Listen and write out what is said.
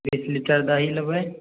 बीस लीटर दही लेबै